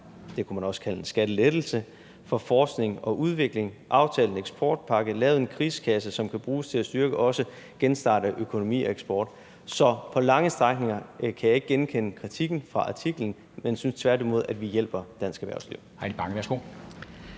det kunne man også kalde en skattelettelse – for forskning og udvikling, aftalt en eksportpakke og lavet en krigskasse, som kan bruges til at styrke og også genstarte økonomi og eksport. Så på lange strækninger kan jeg ikke genkende kritikken fra artiklen, men jeg synes tværtimod, at vi hjælper dansk erhvervsliv.